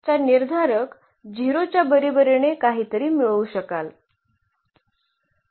आपण या चा निर्धारक 0 च्या बरोबरीने काहीतरी मिळवू शकाल